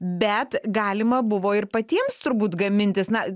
bet galima buvo ir patiems turbūt gamintis na